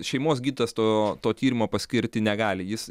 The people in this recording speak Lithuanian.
šeimos gydytojas to to tyrimo paskirti negali jis